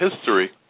history